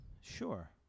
Sure